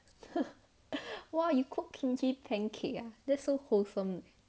!wah! you cook kimchi pancake ah that's so wholesome